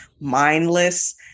mindless